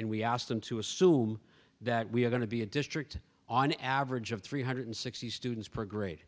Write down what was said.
and we asked them to assume that we are going to be a district on average of three hundred sixty students per grade